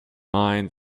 mind